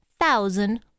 thousand